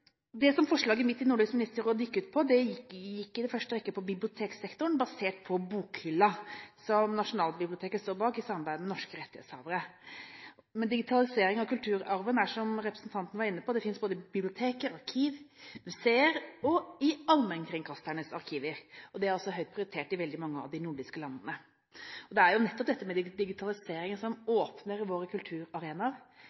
Det som forslaget mitt i Nordisk Ministerråd gikk ut på, gjaldt i første rekke biblioteksektoren, basert på Bokhylla, som Nasjonalbiblioteket står bak i samarbeid med norske rettighetshavere. Men digitalisering av kulturarven finnes, som representanten var inne på, både i bibliotek, i arkiver og museer og i allmennkringkasternes arkiver. Det er også høyt prioritert i veldig mange av de nordiske landene. Det er jo nettopp dette med digitalisering som